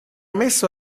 messo